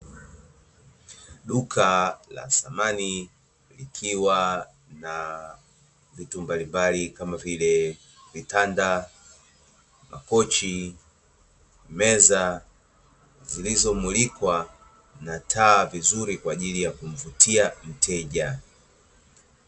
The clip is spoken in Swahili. Duka la dhamani likiwa na vitu mbalimbali kama vile vitanda makochi meza zilizomulikwa kwaajili ya kumvutia mteja